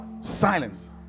silence